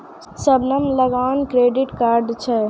शबनम लगां credit card छै